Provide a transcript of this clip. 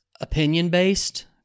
opinion-based